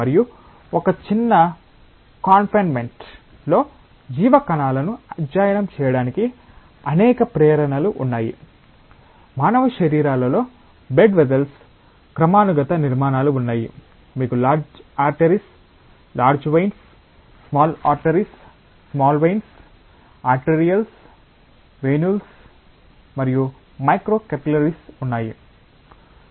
మరియు ఒక చిన్న కాన్ఫినేమేంట్ లో జీవ కణాలను అధ్యయనం చేయడానికి అనేక ప్రేరణలు ఉన్నాయి మానవ శరీరాలలో blood vessels క్రమానుగత నిర్మాణాలు ఉన్నాయి మీకు large arteries large veins small arteries small veins arterioles venules మరియు మైక్రో కపిల్లరీస్ ఉన్నాయి